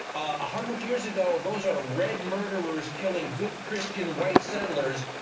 ah hundred years ago those are red murderers killing good christian white settlers.